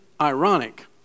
ironic